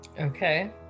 okay